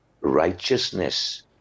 righteousness